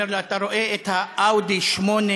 אומר לו: אתה רואה את ה"אאודי SL8",